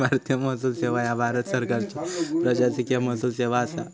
भारतीय महसूल सेवा ह्या भारत सरकारची प्रशासकीय महसूल सेवा असा